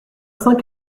cinq